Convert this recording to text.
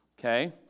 Okay